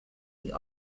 die